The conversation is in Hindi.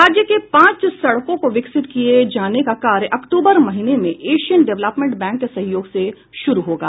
राज्य के पांच सड़कों को विकसित किये जाने का कार्य अक्टूबर महीने में एशियन डेवलपमेंट बैंक के सहयोग से शुरू होगा